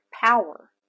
power